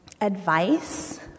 advice